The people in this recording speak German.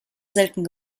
selten